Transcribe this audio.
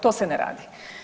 To se ne radi.